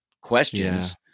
questions